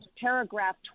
Paragraph